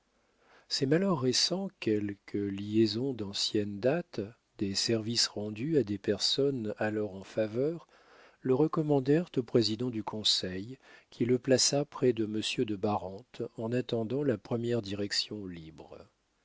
ses malheurs récents quelques liaisons d'ancienne date des services rendus à des personnages alors en faveur le recommandèrent au président du conseil qui le plaça près de monsieur de barante en attendant la première direction libre